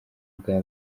bwa